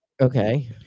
Okay